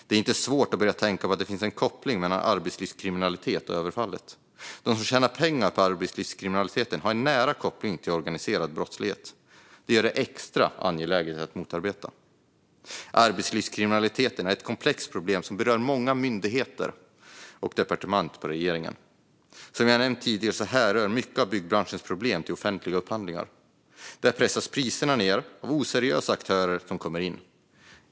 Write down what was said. Det är inte svårt att börja tänka att det finns en koppling mellan arbetslivskriminalitet och detta överfall. De som tjänar pengar på arbetslivskriminaliteten har nära koppling till organiserad brottslighet, vilket gör det extra angeläget att motarbeta detta. Arbetslivskriminaliteten är ett komplext problem som berör många myndigheter och departement. Som jag nämnt tidigare härrör mycket av byggbranschens problem från offentliga upphandlingar. Där pressas priserna ned av oseriösa aktörer som kommer in.